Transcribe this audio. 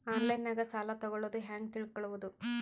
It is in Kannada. ಆನ್ಲೈನಾಗ ಸಾಲ ತಗೊಳ್ಳೋದು ಹ್ಯಾಂಗ್ ತಿಳಕೊಳ್ಳುವುದು?